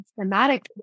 thematic